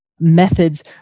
Methods